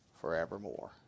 forevermore